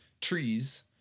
trees